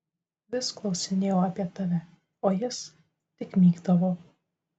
vis klausinėjau apie tave o jis tik mykdavo